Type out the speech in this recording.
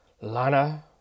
Lana